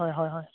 হয় হয় হয়